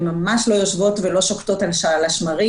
הן ממש לא שוקטות על השמרים.